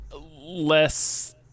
less